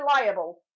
reliable